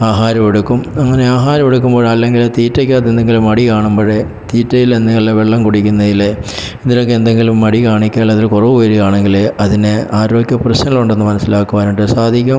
ആഹാരം എടുക്കും അങ്ങനെ ആഹാരം എടുക്കുമ്പോൾ അല്ലെങ്കിൽ തീറ്റയ്ക്കകത്ത് എന്തെങ്കിലും മടി കാണുമ്പോഴേ തീറ്റയിൽ എന്തെങ്കിലും വെള്ളം കുടിക്കുന്നതിൽ അതിനൊക്കെ എന്തെങ്കിലും മടി കാണിക്കുക അല്ലെങ്കിൽ അതൊരു കുറവ് വരുകയാണെങ്കിൽ അതിന് ആരോഗ്യപ്രശ്നങ്ങൾ ഉണ്ടെന്ന് മനസ്സിലാക്കുവാനായിട്ട് സാധിക്കും